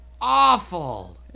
awful